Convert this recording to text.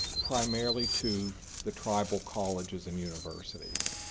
primarily to the tribal colleges and universities.